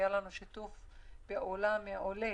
היה לנו שיתוף פעולה מעולה